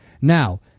Now